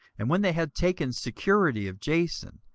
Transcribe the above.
and when they had taken security of jason,